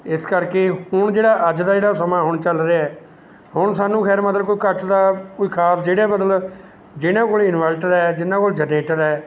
ਇਸ ਕਰਕੇ ਹੁਣ ਜਿਹੜਾ ਅੱਜ ਦਾ ਜਿਹੜਾ ਸਮਾਂ ਹੁਣ ਚੱਲ ਰਿਹਾ ਹੈ ਹੁਣ ਸਾਨੂੰ ਖੈਰ ਮਤਲਬ ਕੋਈ ਕੱਟ ਦਾ ਕੋਈ ਖਾਸ ਜਿਹੜਾ ਮਤਲਬ ਜਿਨ੍ਹਾਂ ਕੋਲ ਇੰਨਵਟਰ ਹੈ ਜਿਨ੍ਹਾਂ ਕੋਲ ਜਰਨੇਟਰ ਹੈ